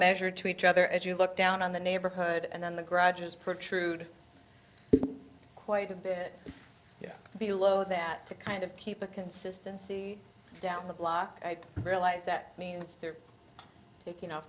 measure to each other as you look down on the neighborhood and then the garages protrude quite a bit below that to kind of people consistency down the block i realize that means they're taking